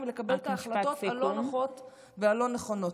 ולקבל את ההחלטות הלא-נוחות והלא-נכונות.